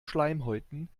schleimhäuten